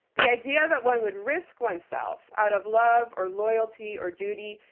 the idea that one would risk oneself, out of love, or loyalty, or duty,